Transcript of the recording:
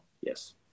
yes